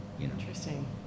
Interesting